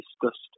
discussed